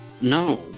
No